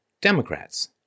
Democrats